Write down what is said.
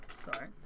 Sorry